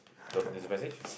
though there's a message